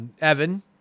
Evan